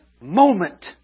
moment